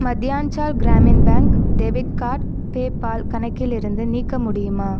Madhyanchal Gramin bank debit card PayPal கணக்கிலிருந்து நீக்க முடியுமா